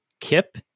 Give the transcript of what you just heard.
Kip